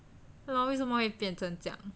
不知道为什么会变成这样